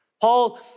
Paul